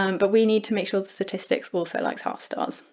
um but we need to make sure the statistics also likes half stars.